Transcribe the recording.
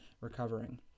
recovering